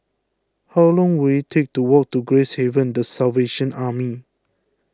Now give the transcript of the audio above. how long will it take to walk to Gracehaven the Salvation Army